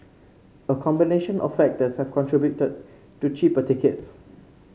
a combination of factors have contributed to cheaper tickets